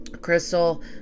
crystal